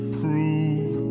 prove